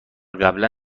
قبلا